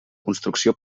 construcció